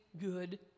good